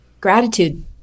gratitude